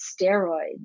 steroids